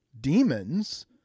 demons